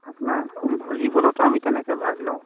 আপোনাৰ ভলীবলতো আমি তেনেকৈ ভাগ লওঁ